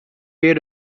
weer